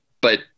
but-